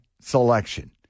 selection